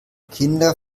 kinder